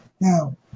Now